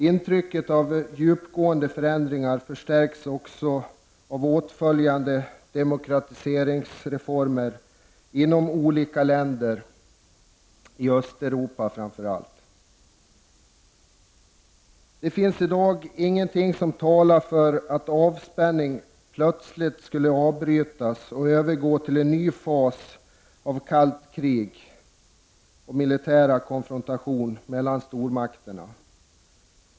Intrycket av djupgående förändringar förstärks också av åtföljande demokratiseringsreformer inom olika länder i framför allt Östeuropa. Det finns i dag ingenting som talar för att avspänningen plötsligt skulle avbrytas och övergå i en ny fas av kallt krig och militär konfrontation mellan stormakterna.